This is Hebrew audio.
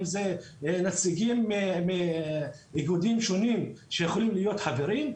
אם זה נציגים מאיגודים שונים שיכולים להיות חברים?